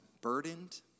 burdened